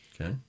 Okay